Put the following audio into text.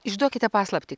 išduokite paslaptį